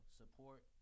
support